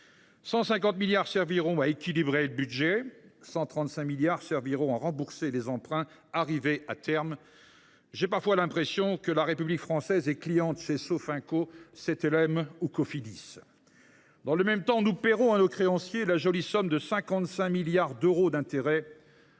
150 milliards d’euros serviront à équilibrer le budget et 135 milliards à rembourser les emprunts arrivés à terme. J’ai parfois l’impression que la République française est cliente chez Sofinco, Cetelem ou Cofidis. Dans le même temps, nous paierons à nos créanciers la jolie somme de 55 milliards d’euros d’intérêts